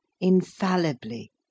infallibly